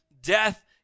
death